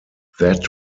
that